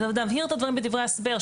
להבהיר את הדברים בדברי ההסבר.